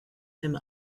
him